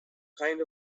kind